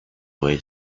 away